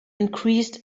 increased